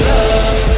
Love